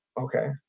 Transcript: Okay